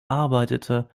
arbeitete